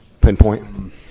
pinpoint